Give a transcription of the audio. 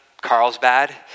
Carlsbad